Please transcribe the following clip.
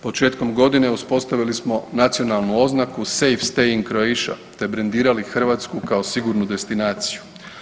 Početkom godine uspostavili smo nacionalnu oznaku Safe staying Croatia te brendirali Hrvatsku kao sigurnu destinaciju.